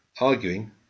arguing